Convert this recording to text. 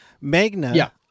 Magna